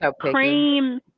cream